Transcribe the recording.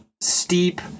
steep